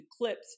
clips